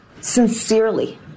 sincerely